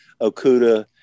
Okuda